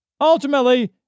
Ultimately